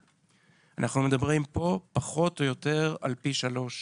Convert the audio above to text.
אנחנו מדברים כאן פחות או יותר על פי שלוש